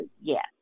yes